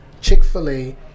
Chick-fil-A